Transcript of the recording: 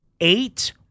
Eight